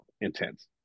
intense